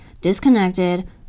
disconnected